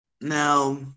Now